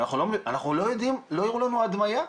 לא הראו לנו הדמיה.